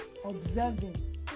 observing